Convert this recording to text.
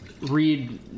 read